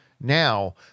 now